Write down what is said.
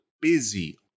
busy